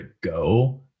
go